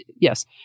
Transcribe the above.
yes